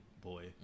boy